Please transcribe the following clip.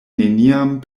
neniam